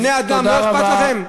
מבני-אדם לא אכפת לכם?